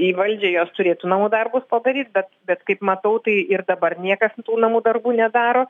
į valdžią jos turėtų namų darbus padaryt bet bet kaip matau tai ir dabar niekas tų namų darbų nedaro